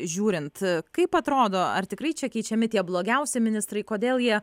žiūrint kaip atrodo ar tikrai čia keičiami tie blogiausi ministrai kodėl jie